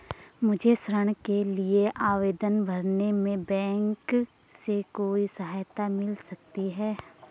मुझे ऋण के लिए आवेदन भरने में बैंक से कोई सहायता मिल सकती है?